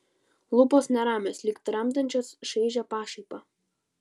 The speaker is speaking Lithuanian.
lūpos neramios lyg tramdančios šaižią pašaipą